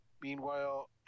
Meanwhile